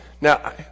Now